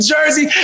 Jersey